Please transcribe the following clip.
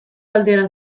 aldera